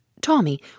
Tommy